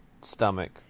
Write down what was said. stomach